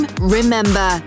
remember